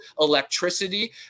electricity